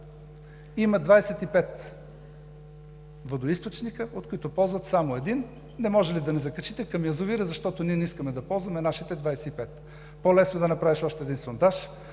Има 25 водоизточника, от които ползват само един. Не може ли да ни закачите към язовира, защото ние не искаме да ползваме нашите 25? По-лесно е да направиш още един сондаж,